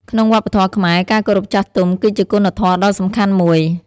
ក្នុងវប្បធម៌ខ្មែរ ការគោរពចាស់ទុំ គឺជាគុណធម៌ដ៏សំខាន់មួយ។